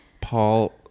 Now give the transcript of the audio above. paul